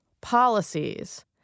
policies